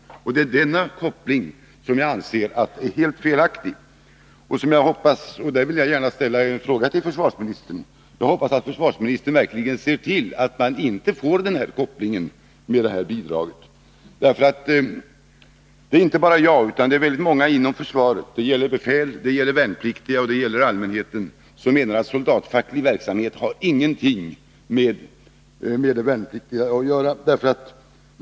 Det anser jag vara helt felaktigt. Jag hoppas att försvarsministern verkligen ser till att man inte får den här kopplingen när det gäller detta bidrag. Inte bara jag utan väldigt många inom försvaret — det gäller både befäl och värnpliktiga — och bland allmänheten anser att soldatfacklig verksamhet inte har någonting med de värnpliktiga att göra.